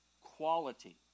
quality